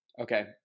Okay